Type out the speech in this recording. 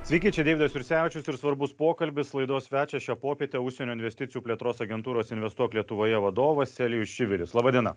sveiki čia deividas jursevičius ir svarbus pokalbis laidos svečias šią popietę užsienio investicijų plėtros agentūros investuok lietuvoje vadovas elijus čivilis laba diena